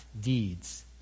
deeds